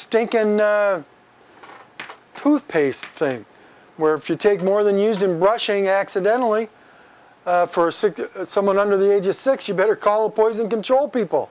stink in toothpaste thing where if you take more than used in brushing accidentally for someone under the age of six you better call poison control people